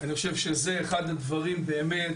אני חושב שזה אחד הדברים באמת